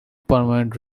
permanent